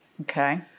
Okay